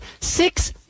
six